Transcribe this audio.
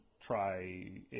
try